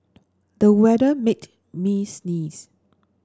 the weather made me sneeze